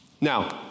Now